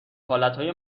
حالتهای